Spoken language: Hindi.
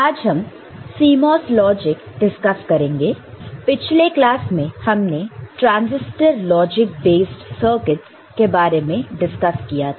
आज हमCMOS लॉजिक डिस्कस करेंगे पिछले क्लास में हमने TTL transistor logic based circuits के बारे में डिस्कस किया था